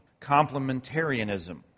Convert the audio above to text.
Complementarianism